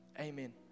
Amen